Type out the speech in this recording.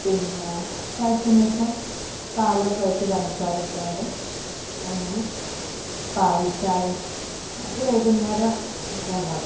പിന്നെ തിളച്ചതിന് ശേഷം പാലൊക്കെ ഒഴിച്ച് പഞ്ചസാര ഇട്ടങ്ങട് അങ്ങനെ പാൽ ചായ അത് വൈകുന്നേരം ഒക്കെ ഉണ്ടാക്കും